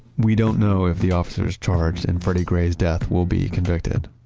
we don't know if the officers charged in freddie gray's death will be convicted,